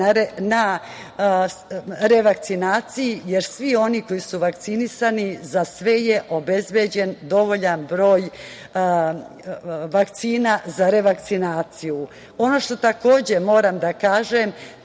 na revakcinaciji, jer svi oni koji su vakcinisani za sve je obezbeđen dovoljan broj vakcina za revakcinaciju. Ono što takođe moram da kažem